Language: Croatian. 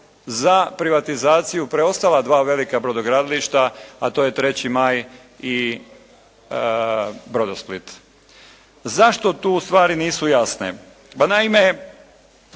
za privatizaciju preostala dva velika brodogradilišta, a to je “Treći maj“ i “Brodosplit“. Zašto tu stvari nisu jasne? Pa naime,